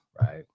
right